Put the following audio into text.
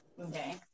Okay